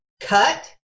cut